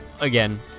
Again